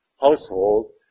household